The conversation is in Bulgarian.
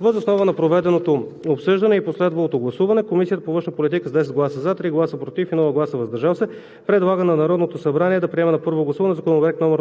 Въз основа на проведеното обсъждане и последвалото гласуване Комисията по външна политика с 10 гласа „за“, 3 гласа „против“ и без „въздържал се“ предлага на Народното събрание да приеме на първо гласуване Законопроект, №